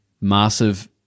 massive